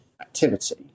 activity